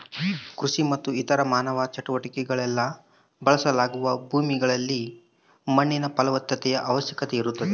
ಕೃಷಿ ಮತ್ತು ಇತರ ಮಾನವ ಚಟುವಟಿಕೆಗುಳ್ಗೆ ಬಳಸಲಾಗುವ ಭೂಮಿಗಳಲ್ಲಿ ಮಣ್ಣಿನ ಫಲವತ್ತತೆಯ ಅವಶ್ಯಕತೆ ಇರುತ್ತದೆ